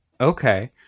Okay